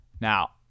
Now